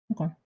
Okay